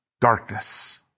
darkness